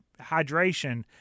hydration